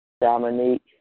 Dominique